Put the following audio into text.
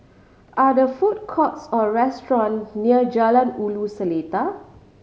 are there food courts or restaurants near Jalan Ulu Seletar